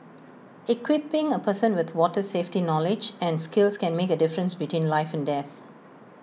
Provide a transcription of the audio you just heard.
equipping A person with water safety knowledge and skills can make A difference between life and death